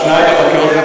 השניים בחקירות.